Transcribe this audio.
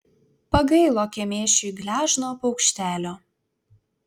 pagailo kemėšiui gležno paukštelio